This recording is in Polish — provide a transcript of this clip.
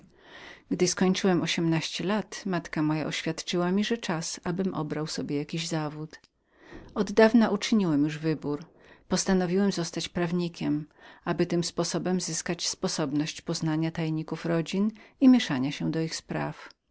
zapasy doszedłszy ośmnastu lat matka moja oświadczyła mi że czas był abym obrał sobie jakie powołanie od dawna uczyniłem już wybór postanowiłem zostać prawnikiem aby tym sposobem zyskać sposobność poznania tajników rodzin i mieszania się do ich spraw